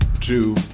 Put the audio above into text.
two